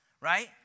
right